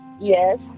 Yes